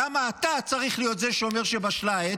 למה אתה צריך להיות זה שאומר שבשלה העת,